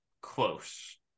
close